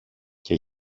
και